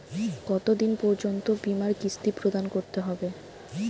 কতো দিন পর্যন্ত বিমার কিস্তি প্রদান করতে হবে?